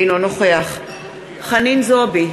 אינו נוכח חנין זועבי,